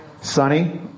Sonny